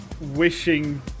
Wishing